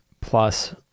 plus